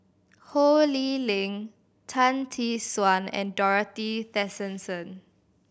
Ho Lee Ling Tan Tee Suan and Dorothy Tessensohn